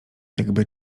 jakby